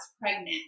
pregnant